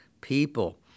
people